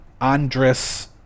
Andres